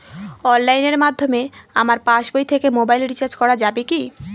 অনলাইনের মাধ্যমে আমার পাসবই থেকে মোবাইল রিচার্জ করা যাবে কি?